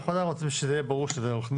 אנחנו רוצים שזה יהיה ברור שזה עורך דין.